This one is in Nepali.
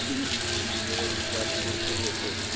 एकछिन है त्यो मेरो साथीले के पो सोध्दै छ